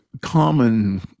common